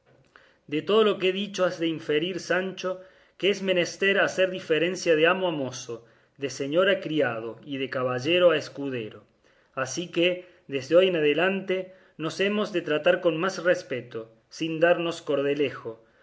de todo lo que he dicho has de inferir sancho que es menester hacer diferencia de amo a mozo de señor a criado y de caballero a escudero así que desde hoy en adelante nos hemos de tratar con más respeto sin darnos cordelejo